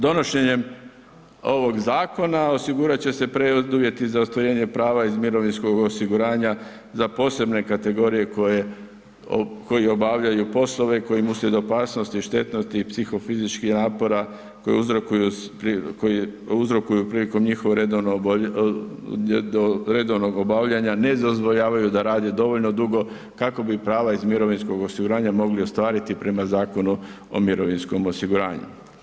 Donošenjem ovog zakona osigurat će se preduvjet i za ostvarenje prava iz mirovinskog osiguranja za posebne kategorije koje obavljaju poslove kojim uslijed opasnosti i štetnosti i psihofizičkih napora koje uzrokuju prilikom njihovog redovnog obavljanja ne dozvoljavaju da rade dovoljno dugo kako bi prava iz mirovinskog osiguranja mogli ostvariti prema Zakonu o mirovinskom osiguranju.